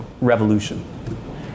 revolution